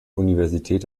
universität